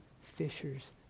fishers